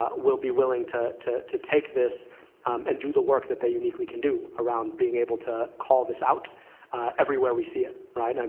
ah will be willing to to take this and do the work that they uniquely can do around being able to call this out everywhere we see it, right. um